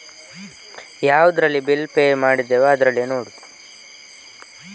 Pay ಮಾಡಿದ bill detail ಹೇಗೆ ನೋಡುವುದು?